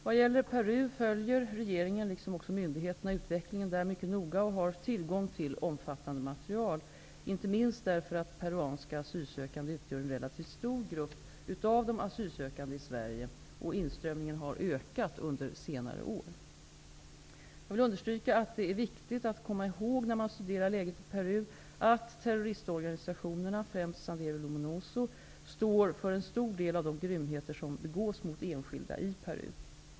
Vad gäller Peru följer regeringen, liksom också myndigheterna, utvecklingen där mycket noga och har tillgång till omfattande material, inte minst därför att peruanska asylsökande utgör en relativt stor grupp av de asylsökande i Sverige och inströmningen har ökat under senare år. Jag vill understryka att det är viktigt att komma ihåg när man studerar läget i Peru att terroristorganisationerna, främst Sendero Luminoso, står för en stor del av de grymheter som begås mot enskilda i Peru.